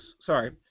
sorry